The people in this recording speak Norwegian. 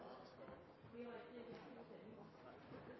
regjeringen var ikke i stand til å